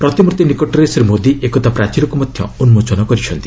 ପ୍ରତିମୂର୍ତ୍ତି ନିକଟରେ ଶ୍ରୀ ମୋଦି ଏକତା ପ୍ରାଚୀରକୁ ମଧ୍ୟ ଉନ୍କୋଚନ କରିଛନ୍ତି